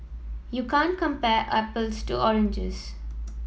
you can't compare apples to oranges